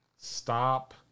stop